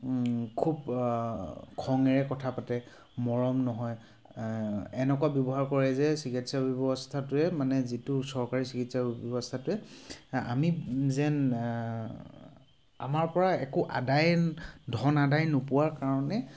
খুব খঙেৰে কথা পাতে মৰম নহয় এনেকুৱা ব্যৱহাৰ কৰে যে চিকিৎসা ব্যৱস্থাটোৱে মানে যিটো চৰকাৰী চিকিৎসা ব্যৱস্থাটোৱে আমি যেন আমাৰ পৰা একো আদায়ে ধন আদায় নোপোৱাৰ কাৰণে